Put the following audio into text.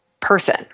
person